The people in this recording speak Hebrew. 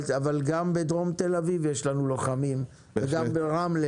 אבל גם בדרום תל אביב יש לנו לוחמים וגם ברמלה